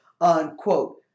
unquote